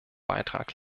beitrag